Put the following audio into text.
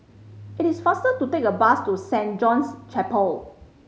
it is faster to take a bus to Saint John's Chapel